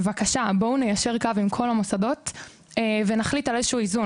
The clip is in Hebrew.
בבקשה בואו ניישר קו עם כל המוסדות ונחליט על איזה שהוא איזון,